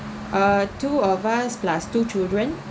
ah two adults plus two children